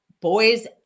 boys